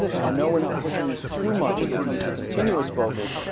i know we're not pushing this too much as it comes to continuous focus,